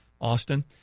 Austin